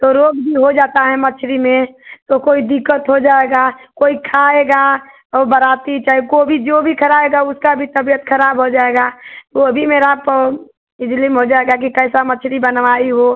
तो रोग भी हो जाता है मछली में तो कोई दिक्कत हो जाएगा कोई खाएगा और बराती चहे को भी जो भी खराएगा उसका भी तबियत खराब हो जाएगा वह भी मेरा इलज़ाम हो जाएगा कि कैसा मछली बनवाई हो